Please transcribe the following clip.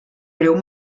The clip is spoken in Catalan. breu